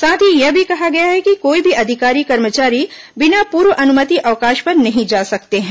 साथ ही यह भी कहा है कि कोई भी अधिकारी कर्मचारी बिना पूर्व अनुमति अवकाश पर नहीं जा सकते हैं